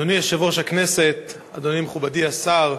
אדוני יושב-ראש הכנסת, אדוני ומכובדי השר,